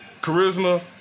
Charisma